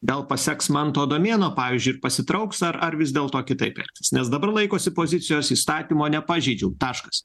gal paseks manto adomėno pavyzdžiu ir pasitrauks ar ar vis dėlto kitaip nes dabar laikosi pozicijos įstatymo nepažeidžiau taškas